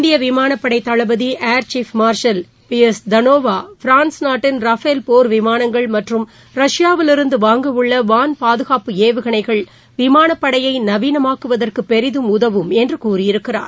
இந்திய விமானப்படை தளபதி air chief marshal B S Dhanoa France நாட்டின் ரஃபேல் போர் விமாளங்கள் மற்றம் ரஷ்யாவில் இருந்து வாங்கவுள்ள வான்பாதுகாப்பு ஏவுகணைகள் விமானப்படையை நவீனமாக்குவதற்கு பெரிதும் உதவும் என்று கூறியிருக்கிறார்